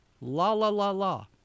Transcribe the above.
La-la-la-la